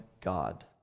God